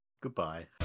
Goodbye